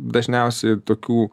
dažniausiai ir tokių